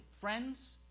Friends